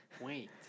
Wait